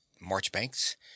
marchbanks